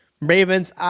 Ravens